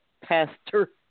Pastor